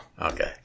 okay